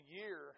year